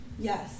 Yes